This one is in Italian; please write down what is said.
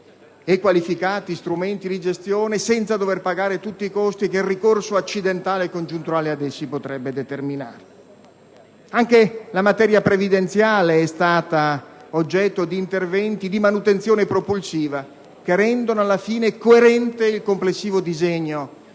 e qualificati strumenti di gestione, senza dover pagare tutti i costi che il ricorso accidentale e congiunturale ad essi potrebbe determinare. Anche la materia previdenziale è stata oggetto di interventi di manutenzione propulsiva che alla fine rendono coerente il complessivo disegno